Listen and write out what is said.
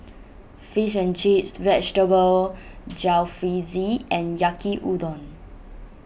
Fish and Chips Vegetable Jalfrezi and Yaki Udon